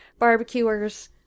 barbecuers